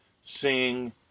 sing